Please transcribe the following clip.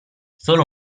solo